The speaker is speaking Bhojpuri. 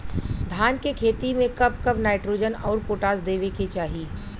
धान के खेती मे कब कब नाइट्रोजन अउर पोटाश देवे के चाही?